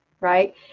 right